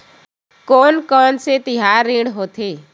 कोन कौन से तिहार ऋण होथे?